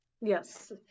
Yes